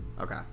Okay